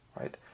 right